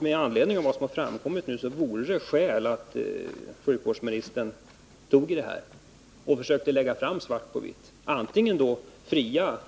Med anledning av vad som nu har framkommit finns det skäl till att sjukvårdsministern tar tag i detta och försöker visa svart på vitt, antingen fria